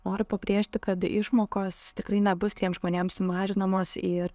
noriu pabrėžti kad išmokos tikrai nebus tiems žmonėms sumažinamos ir